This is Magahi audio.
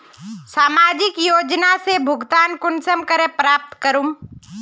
सामाजिक योजना से भुगतान कुंसम करे प्राप्त करूम?